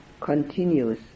continues